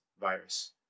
virus